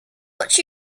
but